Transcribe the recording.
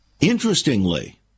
interestingly